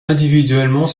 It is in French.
individuellement